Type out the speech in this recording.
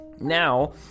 now